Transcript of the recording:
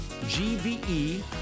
gve